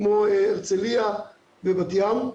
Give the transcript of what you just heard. כמו הרצליה ובת ים.